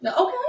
Okay